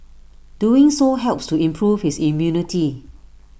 doing so helps to improve his immunity